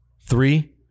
Three